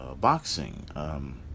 boxing